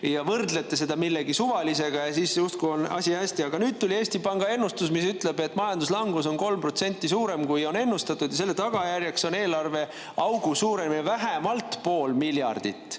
ja võrdlete seda millegi suvalisega, ja siis justkui on asi hästi. Aga nüüd tuli Eesti Panga ennustus, mis ütleb, et majanduslangus on 3% suurem, kui on ennustatud. Selle tagajärjeks on eelarveaugu suurenemine vähemalt pool miljardit